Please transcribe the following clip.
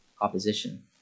opposition